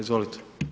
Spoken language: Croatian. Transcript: Izvolite.